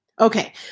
Okay